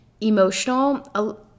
Emotional